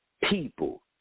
people